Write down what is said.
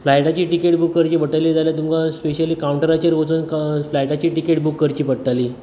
फ्लायटाची ticket book करची पडटली जाल्यार तुमकां स्पेशली कांवटराचेर वचुन क फ्लायटाची तिकेट बूक करची पडटाली